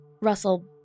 Russell